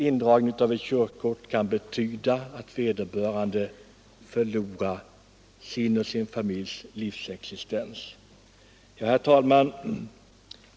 Förlust av körkortet kan betyda att vederbörande också förlorar möjligheterna att försörja sig själv och sin familj. Herr talman!